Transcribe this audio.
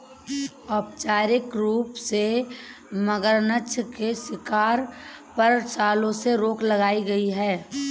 औपचारिक रूप से, मगरनछ के शिकार पर, सालों से रोक लगाई गई है